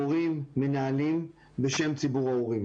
מורים, מנהלים, בשם ציבור ההורים.